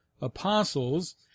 apostles